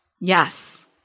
Yes